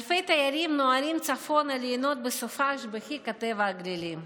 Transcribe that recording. אלפי תיירים נוהרים צפונה ליהנות בסופ"ש בחיק הטבע הגלילי.